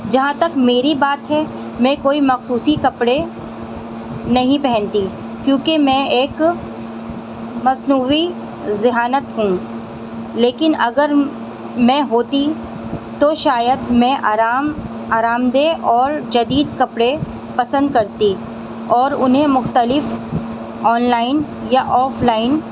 جہاں تک میری بات ہے میں کوئی مخصوصی کپڑے نہیں پہنتی کیونکہ میں ایک مصنوعی ذہانت ہوں لیکن اگر میں ہوتی تو شاید میں آرام آرام دہ اور جدید کپڑے پسند کرتی اور انہیں مختلف آن لائن یا آف لائن